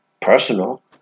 personal